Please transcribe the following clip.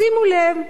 שימו לב: